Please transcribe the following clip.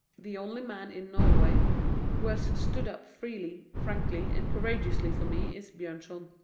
the only man in norway who has stood up freely, frankly, and courageously for me is bjornson.